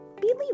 Believe